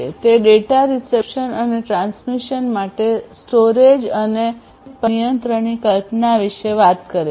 તે data reception અને transmission માટે સ્ટોરેજ અને બેન્ડવિડ્થ પર નિયંત્રણની કલ્પના વિશે વાત કરે છે